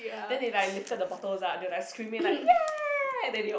then they like lifted the bottles up they were like screaming like ya